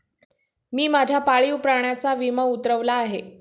मी माझ्या पाळीव प्राण्याचा विमा उतरवला आहे